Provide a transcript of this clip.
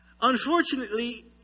Unfortunately